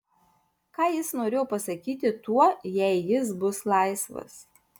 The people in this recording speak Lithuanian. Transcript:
ką jis norėjo pasakyti tuo jei jis bus laisvas